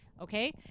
Okay